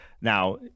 now